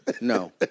No